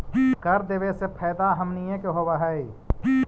कर देबे से फैदा हमनीय के होब हई